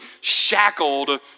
shackled